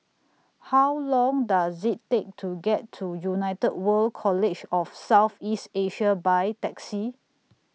How Long Does IT Take to get to United World College of South East Asia By Taxi